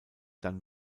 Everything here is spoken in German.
dann